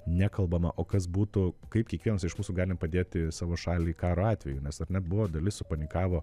nekalbama o kas būtų kaip kiekvienas iš mūsų galim padėti savo šaliai karo atveju mes ar net buvo dalis supanikavo